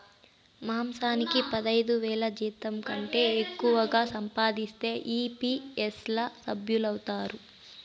మాసానికి పదైదువేల జీతంకంటే ఎక్కువగా సంపాదిస్తే ఈ.పీ.ఎఫ్ ల సభ్యులౌతారు